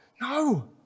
No